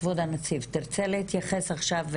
כבוד הנציב, תירצה להתייחס עכשיו?